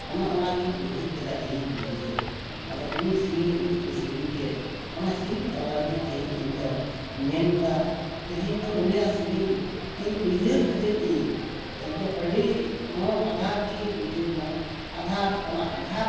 ᱚᱱᱮ ᱚᱱᱟᱜᱤᱧ ᱩᱭᱦᱟᱹᱨ ᱠᱮᱫᱟ ᱤᱧ ᱱᱤᱡᱮ ᱟᱫᱚ ᱩᱱᱤ ᱥᱮᱨᱮᱧ ᱥᱮᱨᱮᱧ ᱠᱮᱫ ᱚᱱᱟ ᱥᱮᱨᱮᱧ ᱛᱟᱞᱟ ᱨᱮᱜᱮ ᱛᱮᱦᱮᱧ ᱤᱧ ᱫᱚ ᱢᱮᱱᱫᱟ ᱛᱮᱦᱮᱧ ᱫᱚ ᱩᱱᱤᱭᱟᱜ ᱥᱮᱨᱮᱧ ᱛᱤᱧ ᱩᱭᱦᱟᱹᱨ ᱠᱤᱫᱟᱹᱧ ᱤᱧ ᱮᱠᱫᱚᱢ ᱟᱹᱰᱤ ᱢᱚᱱ ᱟᱜᱷᱟᱛ ᱜᱮ ᱵᱩᱡᱷᱟᱹᱣᱱᱟ ᱟᱜᱷᱟᱛ ᱚᱱᱟ ᱟᱜᱷᱟᱛ